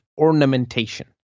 ornamentation